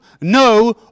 no